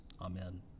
Amen